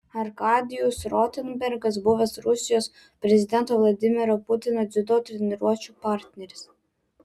arkadijus rotenbergas buvęs rusijos prezidento vladimiro putino dziudo treniruočių partneris